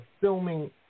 filming